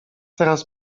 teraz